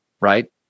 right